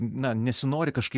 na nesinori kažkaip